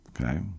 Okay